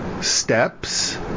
steps